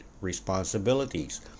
responsibilities